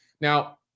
Now